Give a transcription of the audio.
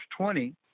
20